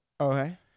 Okay